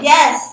Yes